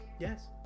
yes